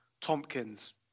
Tompkins